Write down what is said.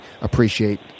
appreciate